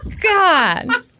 god